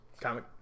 comic